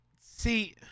See